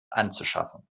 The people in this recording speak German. anzuschaffen